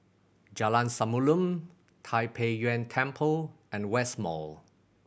Jalan Samulun Tai Pei Yuen Temple and West Mall